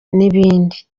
n’ibindi